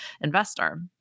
investor